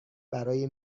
برای